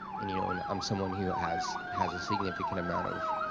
and you know and i'm someone who has has a significant amount of